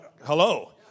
Hello